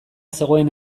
zegoen